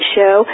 Show